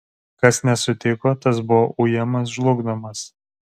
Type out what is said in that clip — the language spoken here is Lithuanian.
kas nesutiko tas buvo ujamas žlugdomas